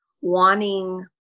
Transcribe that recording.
wanting